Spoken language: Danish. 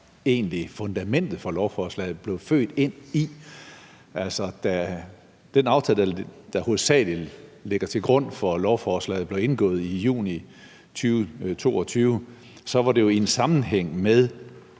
som fundamentet for lovforslaget egentlig blev født ind i. Da den aftale, der hovedsagelig ligger til grund for lovforslaget, blev indgået i juni 2022, var det jo i sammenhæng med